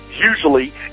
usually